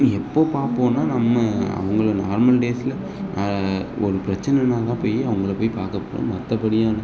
எப்போது பார்ப்போன்னா நம்ம அவங்கள நார்மல் டேஸில் ஒரு பிரச்சனைன்னா தான் போய் அவங்கள போய் பார்க்கப் போகிறோம் மற்றபடியான